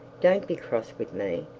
don't be cross with me.